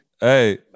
Hey